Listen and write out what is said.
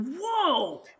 whoa